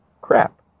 crap